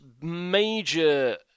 major